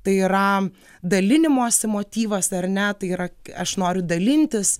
tai yra dalinimosi motyvas ar ne tai yra aš noriu dalintis